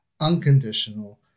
unconditional